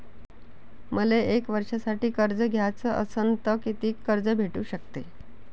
मले एक वर्षासाठी कर्ज घ्याचं असनं त कितीक कर्ज भेटू शकते?